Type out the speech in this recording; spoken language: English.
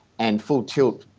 and full tilt,